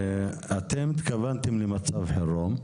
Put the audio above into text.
אתם התכוונתם למצב חירום.